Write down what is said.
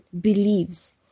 believes